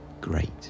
Great